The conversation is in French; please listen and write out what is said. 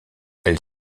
elle